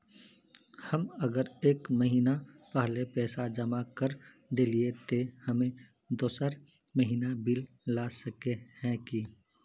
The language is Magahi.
हम अगर एक महीना पहले पैसा जमा कर देलिये ते हम दोसर महीना बिल ला सके है की?